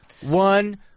one